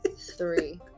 three